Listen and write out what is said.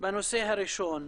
בנושא הראשון.